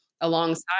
alongside